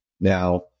now